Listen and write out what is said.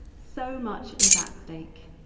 so much is at stake.